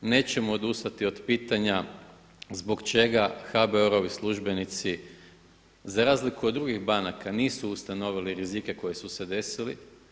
Nećemo odustati od pitanja zbog čega HBOR-ovi službenici za razliku od drugih banaka nisu ustanovili rizike koji su se desili.